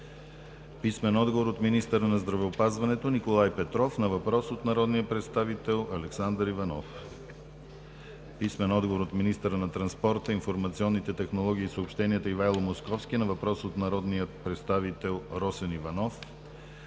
Йорданов; - министъра на здравеопазването Николай Петров на въпрос от народния представител Александър Иванов; - министъра на транспорта, информационните технологии и съобщенията Ивайло Московски на въпрос от народния представител Росен Иванов;